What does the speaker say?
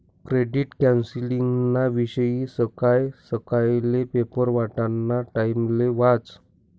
credit कौन्सलिंगना विषयी सकाय सकायले पेपर वाटाना टाइमले वाचं